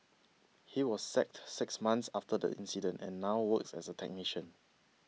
he was sacked six months after the incident and now works as a technician